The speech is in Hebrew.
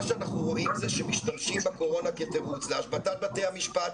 מה שאנחנו רואים זה שמשתמשים בקורונה כתירוץ להשבתת בתי המשפט,